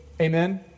Amen